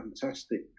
fantastic